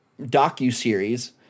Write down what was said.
docuseries